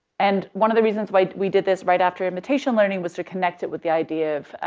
and one of the reasons why we did this right after imitation learning was to connect it with the idea of,